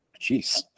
jeez